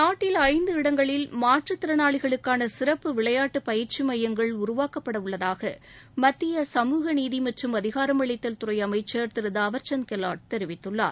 நாட்டில் ஐந்து இடங்களில் மாற்றுத் திறனாளிகளுக்கான சிறப்பு விளையாட்டு பயிற்சி மையங்கள் உருவாக்கப்பட உள்ளதாக மத்திய சமூக நீதி மற்றும் அதிகாரமளித்தல் துறை அமைச்சர் திரு தாவர்சந்த் கெலாட் தெரிவித்துள்ளார்